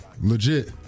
legit